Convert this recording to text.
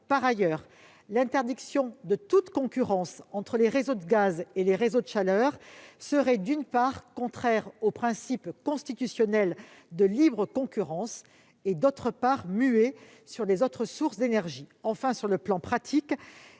Par ailleurs, l'interdiction de toute concurrence entre les réseaux de gaz et les réseaux de chaleur, d'une part, serait contraire au principe constitutionnel de libre concurrence et, d'autre part, ne dirait rien des autres sources d'énergie. Enfin, sur le plan pratique,